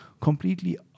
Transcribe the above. completely